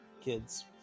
kids